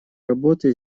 работы